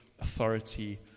authority